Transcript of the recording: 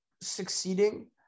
succeeding